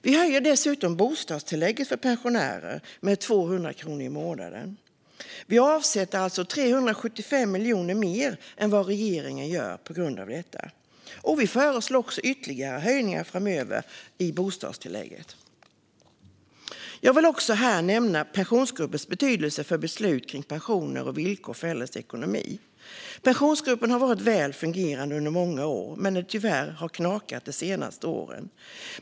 Vi höjer dessutom bostadstillägget för pensionärer med 200 kronor i månaden. Vi avsätter alltså 375 miljoner mer än vad regeringen gör på grund av detta, och vi föreslår också ytterligare höjningar av bostadstillägget framöver. Jag vill här även nämna Pensionsgruppens betydelse för beslut kring pensioner och villkor för äldres ekonomi. Pensionsgruppen har varit välfungerande under många år, men tyvärr har det knakat de senaste åren.